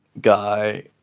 guy